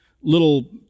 little